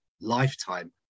lifetime